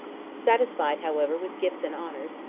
satisfied, however, with gifts and honors,